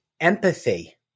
empathy